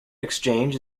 exchange